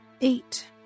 Eight